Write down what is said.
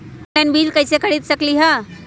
Online बीज कईसे खरीद सकली ह?